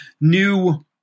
new